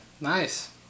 Nice